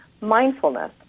Mindfulness